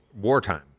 wartime